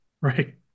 Right